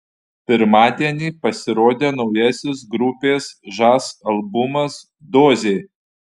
pirmadienį pasirodė naujasis grupės žas albumas dozė